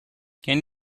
can